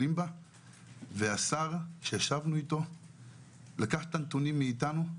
והשר שישבנו איתו לקח את הנתונים מאיתנו,